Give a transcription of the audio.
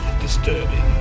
disturbing